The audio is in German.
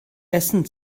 essen